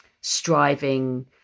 striving